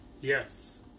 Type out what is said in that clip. Yes